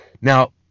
Now